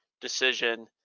decision